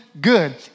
good